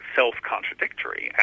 self-contradictory